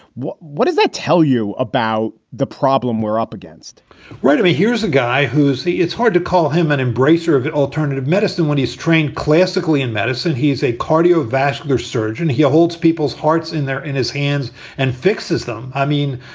what what does that tell you about the problem we're up against right away? here's a guy. who is he? it's hard to call him an embracer of alternative medicine when he's trained classically in medicine. he's a cardio vascular surgeon. he holds people's hearts in their in his hands and fixes them. i mean,